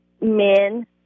men